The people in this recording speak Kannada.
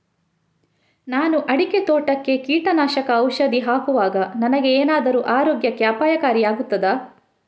ನಾನು ಅಡಿಕೆ ತೋಟಕ್ಕೆ ಕೀಟನಾಶಕ ಔಷಧಿ ಹಾಕುವಾಗ ನನಗೆ ಏನಾದರೂ ಆರೋಗ್ಯಕ್ಕೆ ಅಪಾಯಕಾರಿ ಆಗುತ್ತದಾ?